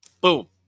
Boom